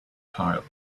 tile